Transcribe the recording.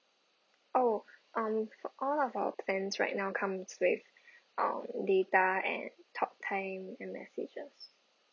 oh um for all of our plans right now comes with um data and talk time and messages